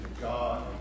God